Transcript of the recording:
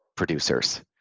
producers